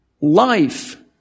Life